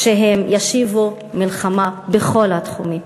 שהם ישיבו מלחמה בכל התחומים.